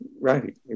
right